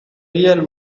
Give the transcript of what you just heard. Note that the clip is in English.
real